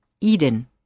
Eden